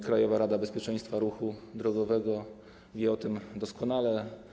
Krajowa Rada Bezpieczeństwa Ruchu Drogowego wie o tym doskonale.